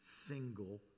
single